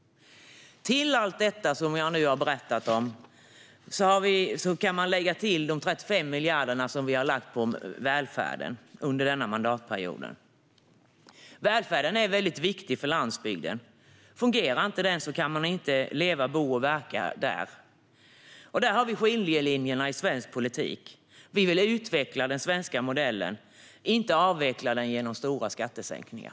Till det som jag nu har berättat om kan man lägga de 35 miljarder som vi har lagt på välfärden under denna mandatperiod. Välfärden är viktig för landsbygden. Om den inte fungerar kan man inte leva, bo och verka där. Där har vi skiljelinjen i svensk politik: Vi vill utveckla den svenska modellen, inte avveckla den genom stora skattesänkningar.